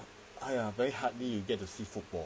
!aiya! very hardly you get to see football